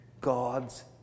God's